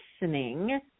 listening